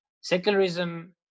secularism